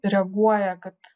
reaguoja kad